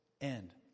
end